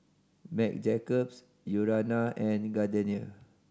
Marc Jacobs Urana and Gardenia